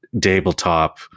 tabletop